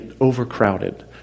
overcrowded